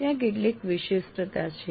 ત્યાં કેટલીક વિશિષ્ટતા છે